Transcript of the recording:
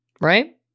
Right